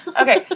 Okay